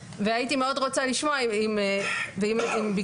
שיין, ואחריו את דוקטור מיכל שאול,